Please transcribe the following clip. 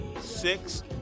Six